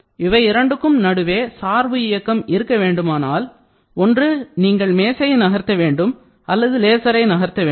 இவை இரண்டுக்கும் நடுவே சார்பு இயக்கம் இருக்க வேண்டுமானால் ஒன்று நீங்கள் மேசையை நகர்த்த வேண்டும் அல்லது லேசரை நகர்த்த வேண்டும்